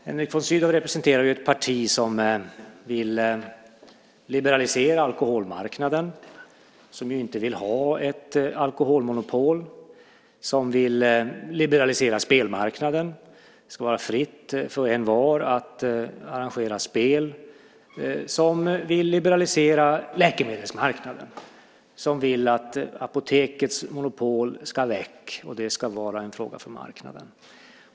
Henrik von Sydow representerar ju ett parti som vill liberalisera alkoholmarknaden, att vi inte ska ha ett alkoholmonopol, som vill liberalisera spelmarknaden, att det ska vara fritt för envar att arrangera spel, och som vill liberalisera läkemedelsmarknaden, att Apotekets monopol ska väck och att detta ska vara en fråga för marknaden.